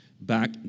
Back